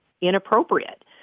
inappropriate